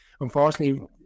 unfortunately